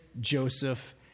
Joseph